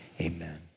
amen